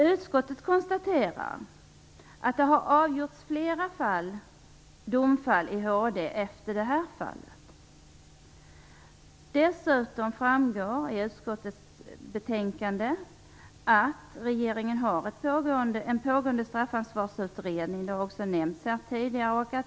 Utskottet konstaterar att det har avgjorts flera sådana här fall i Högsta domstolen. Dessutom framgår det av utskottets betänkande att det pågår en straffansvarsutredning, som också nämnts här.